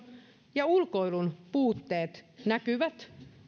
ja ulkoilun puutteet näkyvät